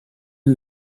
who